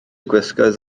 gwisgoedd